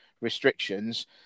restrictions